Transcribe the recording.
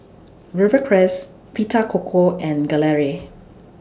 Rivercrest Vita Coco and Gelare